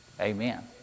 Amen